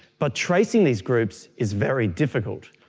but tracing these groups is very difficult.